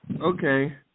Okay